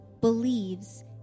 believes